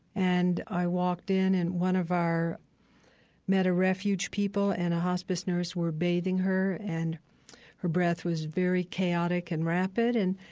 and i walked in, and one of our medi-refuge people and a hospice nurse were bathing her, and her breath was very chaotic and rapid. and